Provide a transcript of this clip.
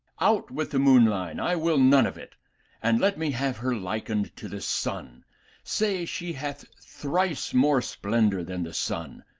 out with the moon line, i will none of it and let me have her likened to the sun say she hath thrice more splendour than the sun,